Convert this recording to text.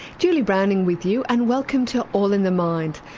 julie browning with you, and welcome to all in the mind.